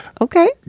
Okay